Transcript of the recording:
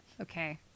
Okay